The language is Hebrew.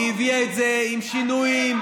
היא הביאה את זה עם שינויים,